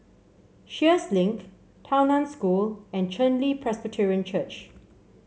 Sheares Link Tao Nan School and Chen Li Presbyterian Church